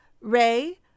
Ray